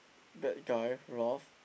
bad guy Ralph